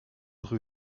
rue